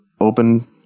open